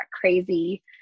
crazy